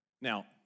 Now